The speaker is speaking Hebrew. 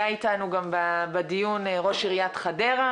היה איתנו בדיון גם ראש עיריית חדרה,